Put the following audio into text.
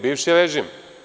Bivši režim.